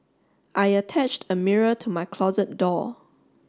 I attached a mirror to my closet door